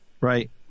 right